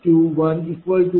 371912 1 8